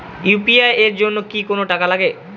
UPI এর জন্য কি কোনো টাকা লাগে?